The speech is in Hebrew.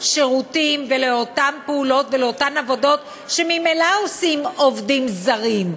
שירותים ולאותן פעולות ולאותן עבודות שממילא עושים עובדים זרים?